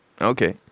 Okay